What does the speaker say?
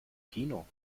kino